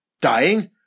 Dying